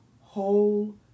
whole